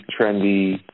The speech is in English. trendy